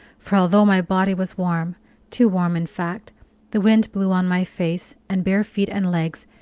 for although my body was warm too warm, in fact the wind blew on my face and bare feet and legs,